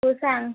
हो सांग